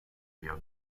rio